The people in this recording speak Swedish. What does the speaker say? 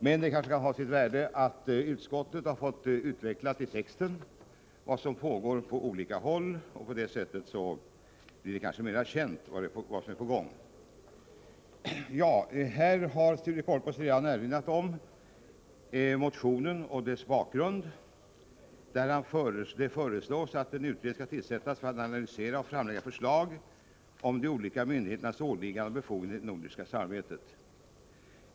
Men det kan kanske ha sitt värde att utskottet i betänkandets text har utvecklat vad som pågår på olika håll. På det sättet blir det måhända mera känt vad som är på gång. Sture Korpås har redan redogjort för motionen och dess bakgrund. I motionen föreslås alltså att en utredning skall tillsättas för att analysera och framlägga förslag om de olika myndigheternas åligganden och befogenheter i det nordiska samarbetet.